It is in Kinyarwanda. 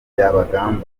byabagamba